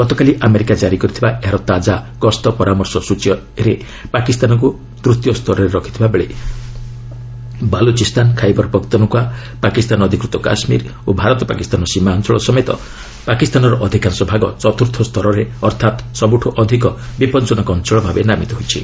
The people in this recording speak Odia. ଗତକାଲି ଆମେରିକା ଜାରି କରିଥିବା ଏହାର ତାଜା ଗସ୍ତ ପରାମର୍ଶ ସ୍ୱଚୀରେ ପାକିସ୍ତାନକୁ ତୃତୀୟ ସ୍ତରରେ ରଖିଥିବା ବେଳେ ବାଲୋଚିସ୍ତାନ ଖାଇବର ପଖ୍ତନଖ୍ୱା ପାକିସ୍ତାନ ଅଧିକୃତ କାଶ୍ମୀର ଓ ଭାରତ ପାକିସ୍ତାନ ସୀମା ଅଞ୍ଚଳ ସମେତ ପାକିସ୍ତାନର ଅଧିକାଂଶ ଭାଗ ଚତୁର୍ଥ ସ୍ତରରେ ଅର୍ଥାତ୍ ସବୁଠୁ ଅଧିକ ବିପଜ୍ଞନକ ଅଞ୍ଚଳ ଭାବେ ନାମିତ ହୋଇଛି